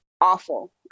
awful